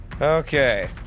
Okay